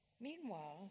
Meanwhile